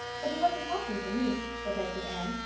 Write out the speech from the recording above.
but he wasn't talking to me, protested anne.